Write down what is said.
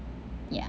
yeah